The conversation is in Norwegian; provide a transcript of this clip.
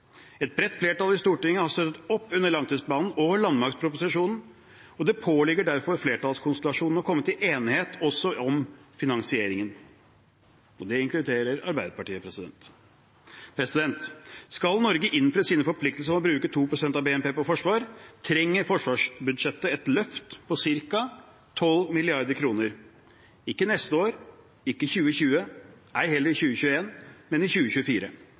Et bredt flertall i Stortinget har støttet opp under langtidsplanen og landmaktproposisjonen, og det påligger derfor flertallskonstellasjonen å komme til enighet også om finansieringen. Det inkluderer Arbeiderpartiet. Skal Norge innfri sine forpliktelser om å bruke 2 pst. av BNP på forsvar, trenger forsvarsbudsjettet et løft på ca. 12 mrd. kr. – ikke neste år, ikke i 2020, ei heller i 2021, men i 2024.